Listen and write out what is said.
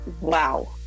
wow